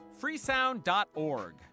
Freesound.org